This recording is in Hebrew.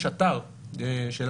יש אתר שלנו,